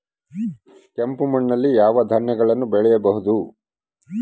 ಕೆಂಪು ಮಣ್ಣಲ್ಲಿ ಯಾವ ಧಾನ್ಯಗಳನ್ನು ಬೆಳೆಯಬಹುದು?